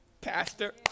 Pastor